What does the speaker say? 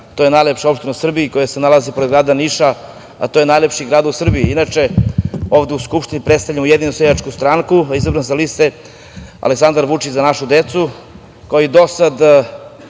to je najlepša opština u Srbiji, koja se nalazi pored grada Niša, a to je najlepši grad u Srbiji. Inače, ovde u Skupštini predstavljam Ujedinjenu seljačku stranku, a izabran sa liste Aleksandar Vučić-Za našu decu. Kao i do sada,